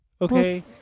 Okay